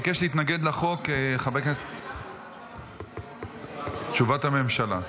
ביקש להתנגד לחוק, תשובת הממשלה.